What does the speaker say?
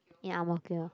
in Ang-Mo-Kio